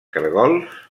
caragols